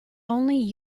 only